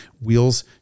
wheels